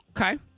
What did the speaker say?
Okay